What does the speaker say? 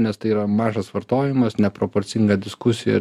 nes tai yra mažas vartojimas neproporcinga diskusija